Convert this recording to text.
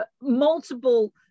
multiple